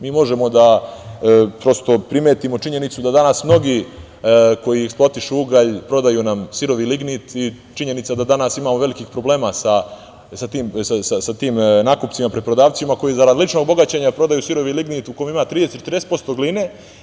Mi možemo prosto da primetimo, činjenicu, da danas mnogi koji eksploatišu ugalj, prodaju nam sirovi lignit, i činjenica da danas imamo velikih problema sa tim nakupcima, preprodavcima, koji zarad ličnog bogaćenja prodaju sirovi lignit u kome ima 30 – 40% gline.